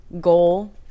goal